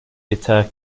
deter